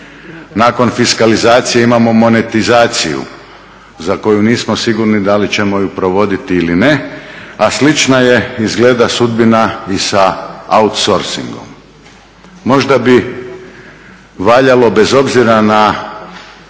Nakon fiskalizacije imamo monetizaciju za koju nismo sigurni da li ćemo je provoditi ili ne, a slična je izgleda sudbina i sa outsorcingom. Možda bi valjalo bez obzira na